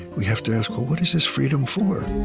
we have to ask, well, what is this freedom for?